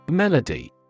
Melody